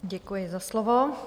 Děkuji za slovo.